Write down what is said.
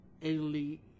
Italy